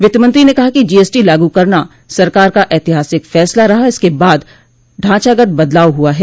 वित्त मंत्री ने कहा कि जीएसटी लागू करना सरकार का ऐतिहासिक फैसला रहा इसके बाद ढांचागत बदलाव हुआ है